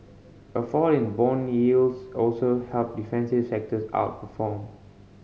a fall in bond yields also helped defensive sectors outperform